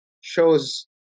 shows